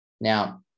Now